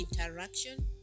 interaction